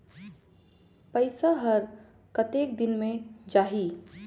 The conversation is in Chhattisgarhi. पइसा हर कतेक दिन मे जाही?